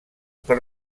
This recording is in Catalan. per